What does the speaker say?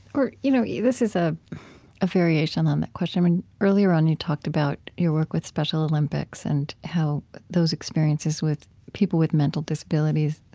or you know, this is a variation on that question. earlier on, you talked about your work with special olympics and how those experiences with people with mental disabilities